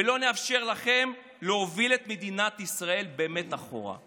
ולא נאפשר לכם להוביל את מדינת ישראל באמת אחורה.